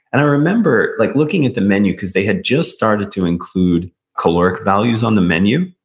and i remember like looking at the menu, because they had just started to include caloric values on the menu,